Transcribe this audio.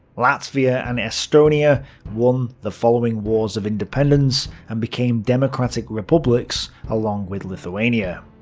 latvia and estonia won the following wars of independence and became democratic republics, along with lithuania.